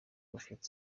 prophet